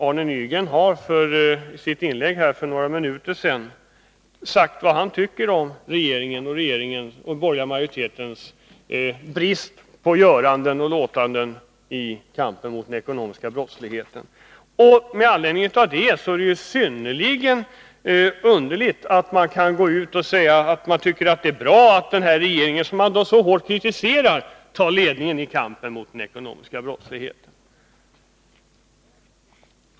Arne Nygren har i sitt inlägg här för några minuter sedan sagt vad han tycker om regeringens och den borgerliga majoritetens brist på göranden och låtanden i kampen mot den ekonomiska brottsligheten. Jag finner det därför synnerligen underligt att socialdemokraterna kan gå ut och säga att det är bra att denna regering, som man så hårt kritiserar, tar ledningen i kampen mot den ekonomiska brottsligheten.